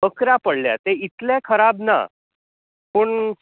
अकरा पडल्यात ते इतले खराब ना पूण